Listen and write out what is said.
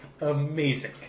Amazing